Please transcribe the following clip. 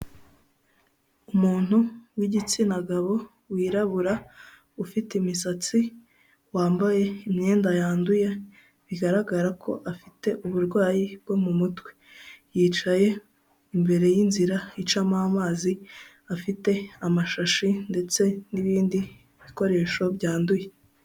Umuntu w'igitsina gabo wirabura ufite imisatsi wambaye imyenda yanduye, bigaragara ko afite uburwayi bwo mumutwe yicaye imbere y’inzira icamo amazi, afite amashashi ndetse n'bindi bikoresho byanduye.